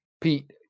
Pete